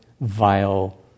vile